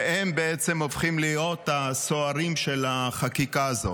והם בעצם הופכים להיות הסוהרים של החקיקה הזאת.